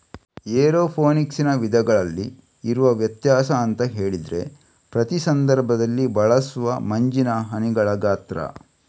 ಏರೋಫೋನಿಕ್ಸಿನ ವಿಧಗಳಲ್ಲಿ ಇರುವ ವ್ಯತ್ಯಾಸ ಅಂತ ಹೇಳಿದ್ರೆ ಪ್ರತಿ ಸಂದರ್ಭದಲ್ಲಿ ಬಳಸುವ ಮಂಜಿನ ಹನಿಗಳ ಗಾತ್ರ